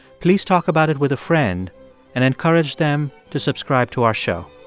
please talk about it with a friend and encourage them to subscribe to our show.